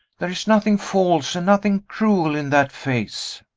there is nothing false and nothing cruel in that face.